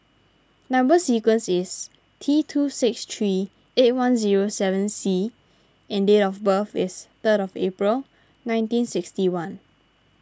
Number Sequence is T two six three eight one zero seven C and date of birth is third of April nineteen sixty one